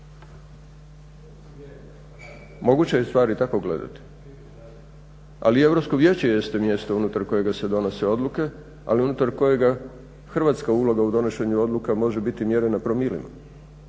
Moguće je stvari tako gledati ali europsko vijeće jeste mjesto unutar kojega se donose odluke ali unutar kojega hrvatska uloga u donošenju odluka može biti mjerena promilima,